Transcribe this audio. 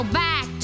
back